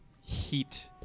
heat